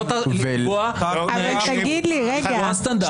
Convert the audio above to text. לקבוע סטנדרטים.